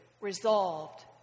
resolved